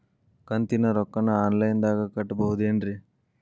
ಕಂತಿನ ರೊಕ್ಕನ ಆನ್ಲೈನ್ ದಾಗ ಕಟ್ಟಬಹುದೇನ್ರಿ?